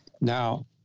Now